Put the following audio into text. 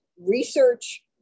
research